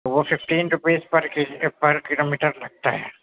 وہ fifteen rupees per K G per kilometre لگتا ہے